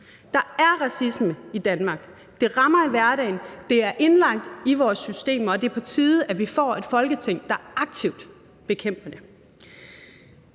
Der er racisme i Danmark. Det rammer i hverdagen, det er indlagt i vores systemer, og det er på tide, at vi får et Folketing, der aktivt bekæmper det.